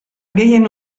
gehien